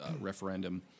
referendum